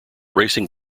racing